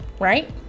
right